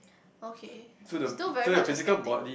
okay still very much a skeptic